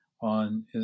on